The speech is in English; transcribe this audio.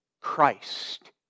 Christ